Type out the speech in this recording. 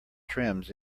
trims